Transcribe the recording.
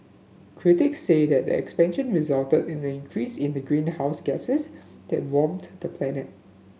critics say that the expansion resulted in an increase in the greenhouse gases that warm the planet